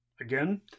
again